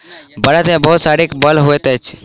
बड़द मे बहुत शारीरिक बल होइत अछि